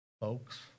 Folks